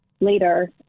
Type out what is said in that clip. later